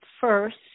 first